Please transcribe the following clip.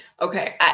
Okay